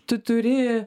tu turi